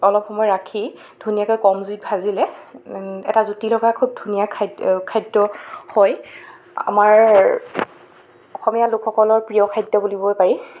অলপ সময় ৰাখি ধুনীয়াকৈ কম জুইত ভাজিলে এটা জুতি লগা খুব ধুনীয়া খাদ্য় খাদ্য হয় আমাৰ অসমীয়া লোকসকলৰ প্ৰিয় খাদ্য বুলিবই পাৰি